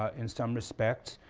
ah in some respects.